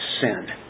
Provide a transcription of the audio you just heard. sin